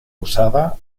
usada